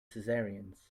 cesareans